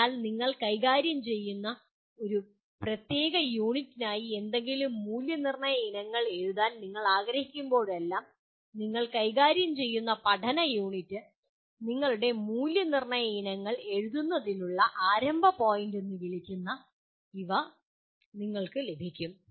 അതിനാൽ നിങ്ങൾ കൈകാര്യം ചെയ്യുന്ന ഒരു പ്രത്യേക യൂണിറ്റിനായി ഏതെങ്കിലും മൂല്യനിർണ്ണയ ഇനങ്ങൾ എഴുതാൻ നിങ്ങൾ ആഗ്രഹിക്കുമ്പോഴെല്ലാം നിങ്ങൾ കൈകാര്യം ചെയ്യുന്ന പഠന യൂണിറ്റ് നിങ്ങളുടെ മൂല്യനിർണ്ണയ ഇനങ്ങൾ എഴുതുന്നതിനുള്ള ആരംഭ പോയിന്റ് എന്ന് വിളിക്കുന്ന ഇവ നിങ്ങൾക്ക് ലഭിക്കും